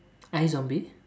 iZombie